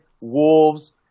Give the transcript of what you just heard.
Wolves